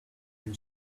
and